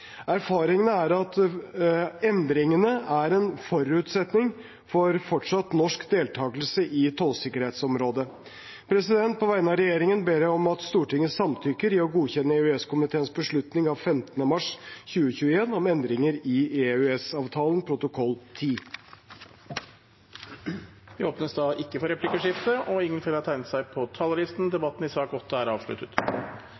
er at endringene er en forutsetning for fortsatt norsk deltakelse i tollsikkerhetsområdet. På vegne av regjeringen ber jeg om at Stortinget samtykker i å godkjenne EØS-komiteens beslutning av 15. mars 2021 om endringer i EØS-avtalen protokoll 10. Flere har ikke bedt om ordet til sak nr. 8. Etter ønske fra transport- og